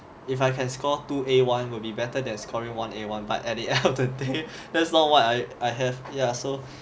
if I can score two A one will be better than scoring one A one but at the end of the day that's not what I I have yeah so